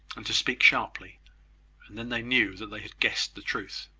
and to speak sharply and then they knew that they had guessed the truth.